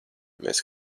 mēs